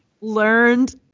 Learned